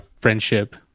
friendship